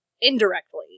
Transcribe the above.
indirectly